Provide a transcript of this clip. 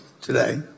today